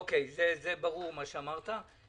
אוקי, מה שאמרת ברור.